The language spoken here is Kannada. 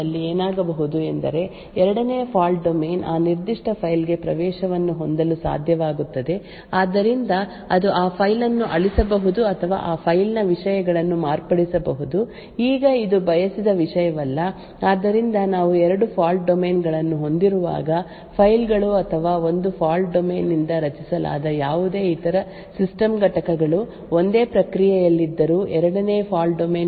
ಈಗ ಅಂತಹ ಸಂದರ್ಭದಲ್ಲಿ ಏನಾಗಬಹುದು ಎಂದರೆ ಎರಡನೇ ಫಾಲ್ಟ್ ಡೊಮೇನ್ ಆ ನಿರ್ದಿಷ್ಟ ಫೈಲ್ಗೆ ಪ್ರವೇಶವನ್ನು ಹೊಂದಲು ಸಾಧ್ಯವಾಗುತ್ತದೆ ಆದ್ದರಿಂದ ಅದು ಆ ಫೈಲ್ ಅನ್ನು ಅಳಿಸಬಹುದು ಅಥವಾ ಆ ಫೈಲ್ ನ ವಿಷಯಗಳನ್ನು ಮಾರ್ಪಡಿಸಬಹುದು ಈಗ ಇದು ಬಯಸಿದ ವಿಷಯವಲ್ಲ ಆದ್ದರಿಂದ ನಾವು ಎರಡು ಫಾಲ್ಟ್ ಡೊಮೇನ್ ಗಳನ್ನು ಹೊಂದಿರುವಾಗ ಫೈಲ್ ಗಳು ಅಥವಾ ಒಂದು ಫಾಲ್ಟ್ ಡೊಮೇನ್ ನಿಂದ ರಚಿಸಲಾದ ಯಾವುದೇ ಇತರ ಸಿಸ್ಟಮ್ ಘಟಕಗಳು ಒಂದೇ ಪ್ರಕ್ರಿಯೆಯಲ್ಲಿದ್ದರೂ ಎರಡನೇ ಫಾಲ್ಟ್ ಡೊಮೇನ್ನಲ್ಲಿರುವ ಕೋಡ್ ನಿಂದ ಪ್ರವೇಶಿಸಲಾಗುವುದಿಲ್ಲ ಎಂದು ನಾವು ಖಚಿತಪಡಿಸಿಕೊಳ್ಳಬೇಕು